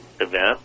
event